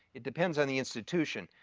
it depends on the institution,